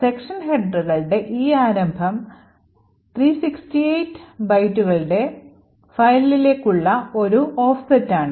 section ഹെഡറുകളുടെ ഈ ആരംഭം 368 ബൈറ്റുകളുടെ ഫയലിക്കുള്ള ഒരു ഓഫ്സെറ്റാണ്